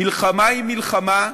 מלחמה היא מלחמה,